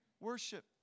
worship